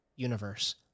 universe